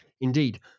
Indeed